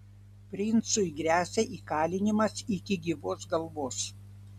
princui gresia įkalinimas iki gyvos galvos